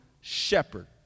shepherd